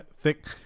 Thick